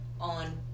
on